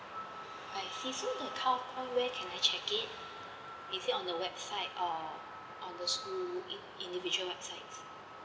I see so the point where can I check it is it on the website or on the school in individual website